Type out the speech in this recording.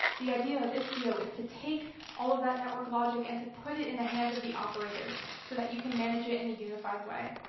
the idea of istio is to take all of that network logic and to put it in the hands of the operators so that you can manage it in a unified way.